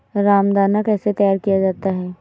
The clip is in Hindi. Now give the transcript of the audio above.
रामदाना कैसे तैयार किया जाता है?